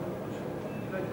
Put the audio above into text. פתרונות חברתיים